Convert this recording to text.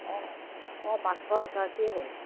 অঁ অঁ পাঁচশ ওচৰা ওচৰি হ'ল